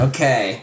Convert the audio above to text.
Okay